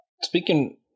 speaking